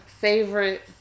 favorite